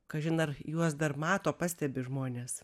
kažin ar juos dar mato pastebi žmonės